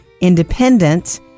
independent